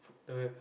the